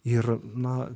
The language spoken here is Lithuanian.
ir na